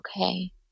Okay